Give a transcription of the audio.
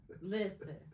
Listen